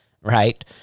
Right